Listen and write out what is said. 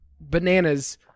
bananas